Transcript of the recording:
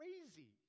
crazy